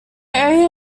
area